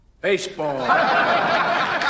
Baseball